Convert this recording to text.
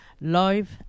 live